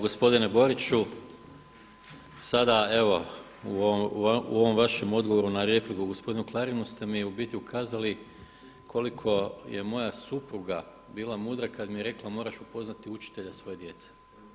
Gospodine Boriću, sada evo u ovom vašem odgovoru na repliku gospodinu Klarinu ste mi u biti ukazali koliko je moja supruga bila mudra kada mi je rekla moraš upoznati učitelja svoje djece.